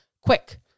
Quick